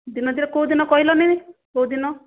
ଦିନ ଯେ କେଉଁ ଦିନ କହିଲନି କେଉଁ ଦିନ